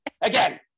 Again